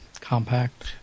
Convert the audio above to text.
compact